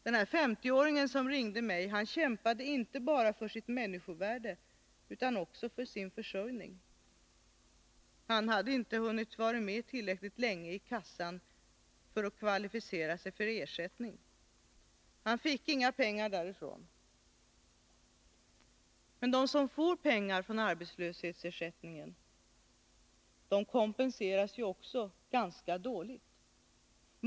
Den här 50-åringen som ringde mig kämpade inte bara för sitt människovärde utan också för sin försörjning. Han hade inte hunnit vara med tillräckligt länge i kassan för att kvalificera sig för ersättning. Han fick inga pengar därifrån. Men de som får pengar från arbetslöshetskassan kompenseras ju också ganska dåligt.